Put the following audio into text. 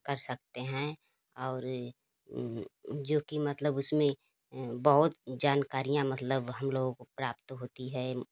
कर सकते हैं और जो कि मतलब उसमें बहुत जानकारियाँ मतलब हम लोगों को प्राप्त होती है